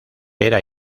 era